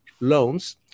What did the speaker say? loans